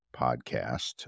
podcast